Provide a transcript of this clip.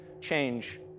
change